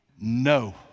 No